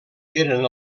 eren